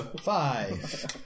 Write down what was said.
five